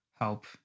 help